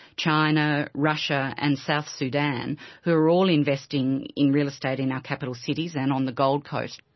china, russia and south sudan who are all investing in real estate in our capital cities and on the gold coast.